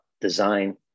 design